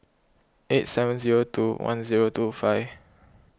eight seven zero two one zero two five